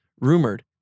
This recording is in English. rumored